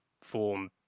form